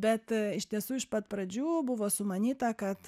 bet iš tiesų iš pat pradžių buvo sumanyta kad